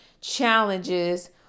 challenges